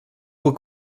will